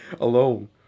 alone